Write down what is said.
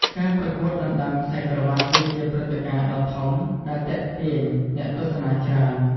ការប្រកួតដណ្តើម ខ្សែក្រវាត់ គឺជាព្រឹត្តិការណ៍ដ៏ធំដែលទាក់ទាញអ្នកទស្សនាច្រើន។